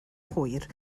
hwyr